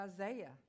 Isaiah